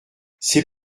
c’est